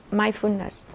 mindfulness